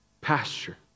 pasture